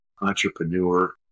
entrepreneur